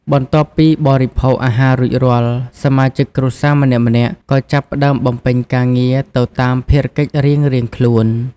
បន្ទាប់ពីបរិភោគអាហាររួចរាល់ សមាជិកគ្រួសារម្នាក់ៗក៏ចាប់ផ្តើមបំពេញការងារទៅតាមភារកិច្ចរៀងៗខ្លួន។